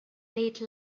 late